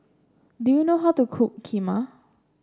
do you know how to cook Kheema